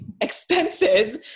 expenses